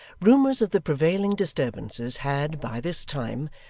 rumours of the prevailing disturbances had, by this time,